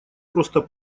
просто